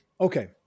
Okay